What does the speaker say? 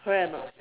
correct or not